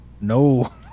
No